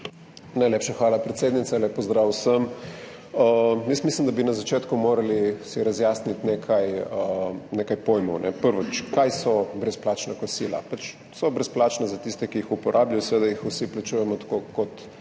Najlepša hvala, predsednica. Lep pozdrav vsem! Jaz mislim, da bi si na začetku morali razjasniti nekaj pojmov. Prvič, kaj so brezplačna kosila? Pač so brezplačna za tiste, ki jih uporabljajo. Seveda jih vsi plačujemo, kot